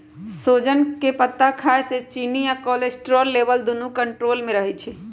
सोजन के पत्ता खाए से चिन्नी आ कोलेस्ट्रोल लेवल दुन्नो कन्ट्रोल मे रहई छई